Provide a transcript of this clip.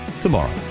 tomorrow